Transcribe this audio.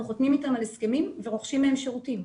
אנחנו חותמים איתם על הסכמים ורוכשים מהם שירותים.